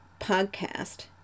podcast